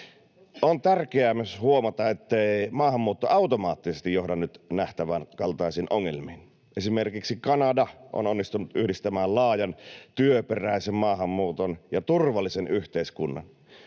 On tärkeää myös huomata, ettei maahanmuutto automaattisesti johda nyt nähtävän kaltaisiin ongelmiin. Esimerkiksi Kanada on onnistunut yhdistämään laajan työperäisen maahanmuuton ja turvallisen yhteiskunnan.